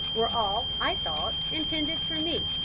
were all, i thought, intended for me,